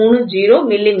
030 மி